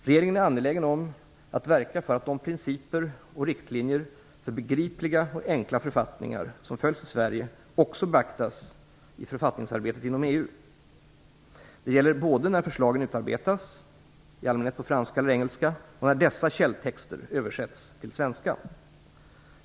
Regeringen är angelägen om att verka för att de principer och riktlinjer för begripliga och enkla författningar som följs i Sverige också beaktas i författningsarbetet inom EU. Det gäller både när förslagen utarbetas, i allmänhet på franska eller engelska, och när dessa källtexter översätts till svenska.